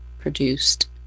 produced